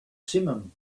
simum